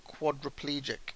quadriplegic